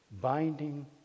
binding